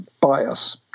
bias